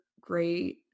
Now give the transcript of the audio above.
great